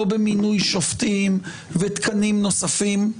לא במינוי שופטים ותקנים נוספים.